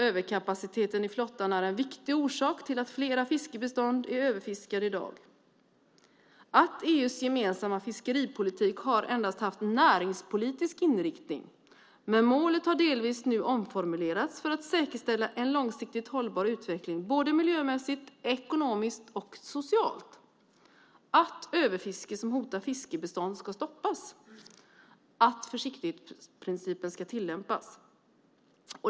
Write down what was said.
Överkapaciteten i flottan är en viktig orsak till att flera fiskebestånd i dag är överfiskade. EU:s gemensamma fiskeripolitik har endast haft näringspolitisk inriktning. Men målet har nu delvis omformulerats för att säkerställa en långsiktigt hållbar utveckling både miljömässigt, ekonomiskt och socialt. Överfiske som hotar fiskebestånd ska stoppas, och försiktighetsprincipen ska tillämpas.